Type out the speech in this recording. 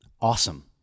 awesome